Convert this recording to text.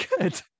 good